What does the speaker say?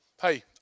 Hey